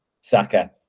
Saka